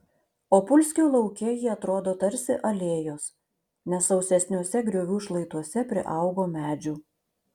opulskio lauke jie atrodo tarsi alėjos nes sausesniuose griovių šlaituose priaugo medžių